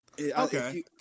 Okay